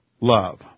love